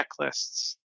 checklists